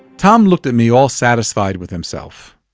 tom looked at me, all satisfied with himself.